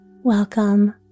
Welcome